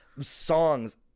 songs